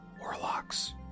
warlocks